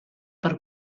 per